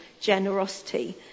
generosity